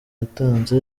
yatanze